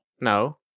No